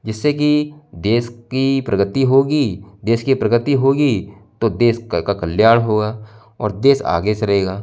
जिससे कि देश की प्रगति होगी देश की प्रगति होगी तो देश का कल्याण होगा और देश आगे से रहेगा